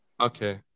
Okay